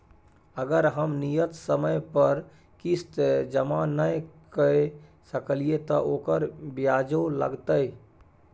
अगर हम नियत समय पर किस्त जमा नय के सकलिए त ओकर ब्याजो लगतै?